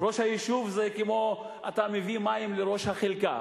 ראש היישוב זה כמו שאתה מביא מים לראש החלקה.